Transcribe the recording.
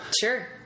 sure